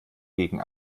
gegen